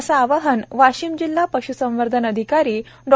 असे आवाहन वाशिम जिल्हा पश्संवर्धन अधिकारी डॉ